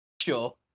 Sure